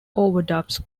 overdubs